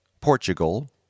Portugal